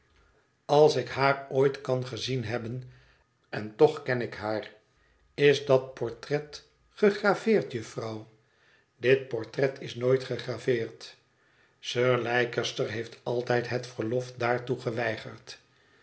als ik haar ooit m het verlaten huis kan gezien hebben en toch ken ik haar is dat portret gegraveerd jufvrouw dit portret is nooit gegraveerd sir leicester heeft altijd het verlof daartoe geweigerd